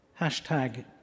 hashtag